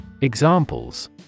Examples